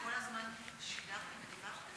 וכל הזמן שידרתם ודיווחתם?